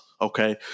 Okay